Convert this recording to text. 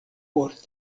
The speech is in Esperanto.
por